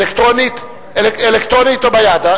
אלקטרונית או ביד?